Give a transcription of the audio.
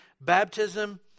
Baptism